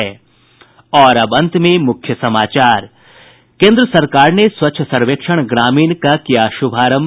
और अब अंत में मुख्य समाचार केन्द्र सरकार ने स्वच्छ सर्वेक्षण ग्रामीण का किया शुभारंभ